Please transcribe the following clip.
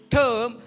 term